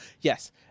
yes